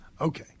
Okay